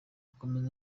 akomeza